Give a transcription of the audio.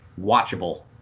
watchable